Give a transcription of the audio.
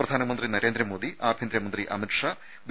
പ്രധാ നമന്ത്രി നരേന്ദ്രമോദി ആഭ്യന്തര മന്ത്രി അമിത്ഷാ ബി